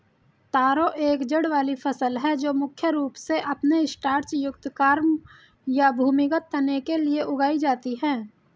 तारो एक जड़ वाली फसल है जो मुख्य रूप से अपने स्टार्च युक्त कॉर्म या भूमिगत तने के लिए उगाई जाती है